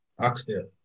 Oxtail